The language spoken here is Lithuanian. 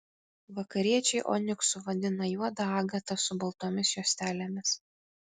vakariečiai oniksu vadina juodą agatą su baltomis juostelėmis